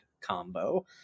combo